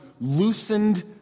loosened